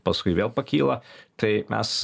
paskui vėl pakyla tai mes